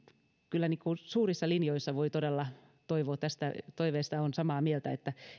kyllä suurissa linjoissa voi todella toivoa tästä toiveesta olen samaa mieltä että